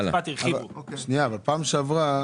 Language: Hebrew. בפעם שעברה